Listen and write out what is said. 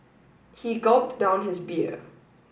he gulped down his beer